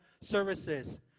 services